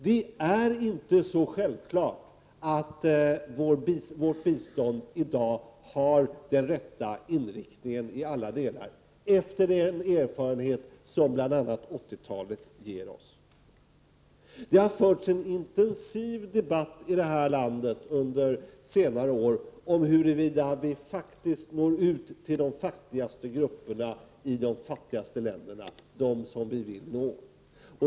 Det är inte så självklart att vårt bistånd i dag har den rätta inriktningen i alla delar efter den erfarenhet som bl.a. 80-talet ger oss. Det har förts en intensiv debatt här i landet under senare år om huruvida vi faktiskt når ut till de fattigaste grupperna i de fattigaste länderna, till dem som vi vill nå.